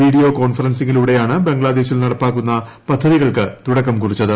video കോൺഫറൻസിംഗിലൂടെയാണ് ബംഗ്ലാദേശിൽ നടപ്പാക്കുന്ന പദ്ധതികൾക്ക് തുടക്കം കുറിച്ചത്